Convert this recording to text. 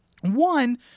One